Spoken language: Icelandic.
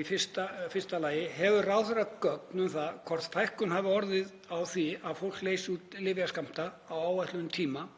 í fyrsta lagi: Hefur ráðherra gögn um það hvort fækkun hafi orðið á því að fólk leysi út lyfjaskammta á áætluðum tíma